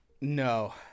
No